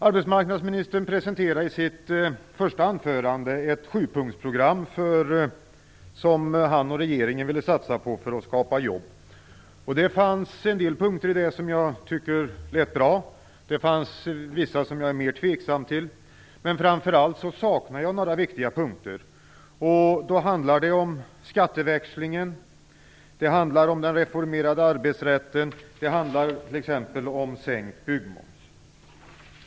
Arbetsmarknadsministern presenterade i sitt första anförande ett sjupunktsprogram som han och regeringen ville satsa på för att skapa jobb. Det fanns en del punkter i det som jag tycker lät bra. Det fanns vissa som jag är mer tveksam till, men framför allt saknar jag några viktiga punkter. Det handlar om skatteväxlingen. Det handlar om den reformerade arbetsrätten. Det handlar t.ex. om sänkt byggmoms.